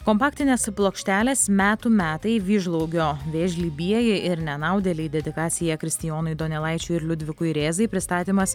kompaktinės plokštelės metų metai vyžlaukio viežlybieji ir nenaudėliai dedikacija kristijonui donelaičiui ir liudvikui rėzai pristatymas